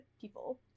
people